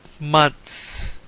Months